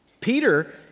peter